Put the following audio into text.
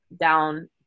down